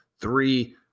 three